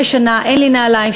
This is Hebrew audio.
היושבת-ראש,